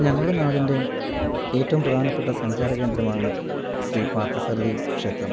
ഞങ്ങളുടെ നാടിൻ്റെ ഏറ്റവും പ്രധാനപ്പെട്ട സഞ്ചാരകേന്ദ്രമാണ് ശ്രീ പാർത്ഥസാരഥി ക്ഷേത്രം